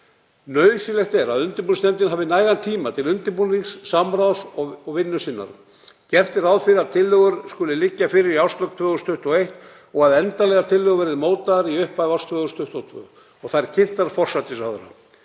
Nauðsynlegt er að undirbúningsnefndin hafi nægan tíma til undirbúnings, samráðs og vinnu sinnar. Gert er ráð fyrir að tillögur skuli liggja fyrir í árslok 2021 og að endanlegar tillögur verði mótaðar í upphafi árs 2022 og þær kynntar forsætisráðherra.